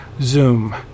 Zoom